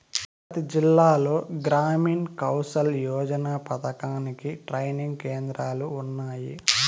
ప్రతి జిల్లాలో గ్రామీణ్ కౌసల్ యోజన పథకానికి ట్రైనింగ్ కేంద్రాలు ఉన్నాయి